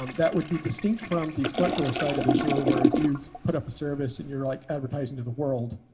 um that would be distinct from the front door side of azure, where if you've put up a service and you're like advertising to the world,